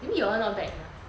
maybe your [one] not bad enough